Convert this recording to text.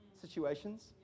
situations